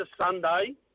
Sunday